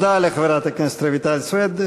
תודה לחברת הכנסת רויטל סויד.